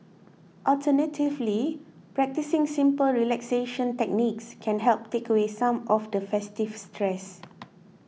alternatively practising simple relaxation techniques can help take away some of the festive stress